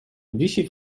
wisi